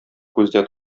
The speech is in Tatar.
күздә